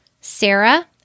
Sarah